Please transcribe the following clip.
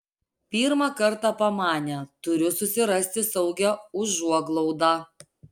pirmą kartą pamanė turiu susirasti saugią užuoglaudą